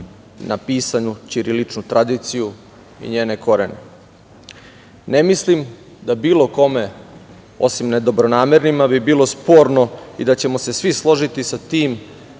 na pisanu ćiriličnu tradiciju i njene korene. Ne mislim da bilo kome, osim na dobronamernima bi bilo sporno i da ćemo se svi složiti sa tim